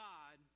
God